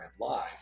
live